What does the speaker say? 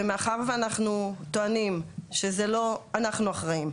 ומאחר ואנחנו טוענים שזה לא אנחנו אחראיים,